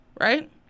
Right